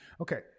okay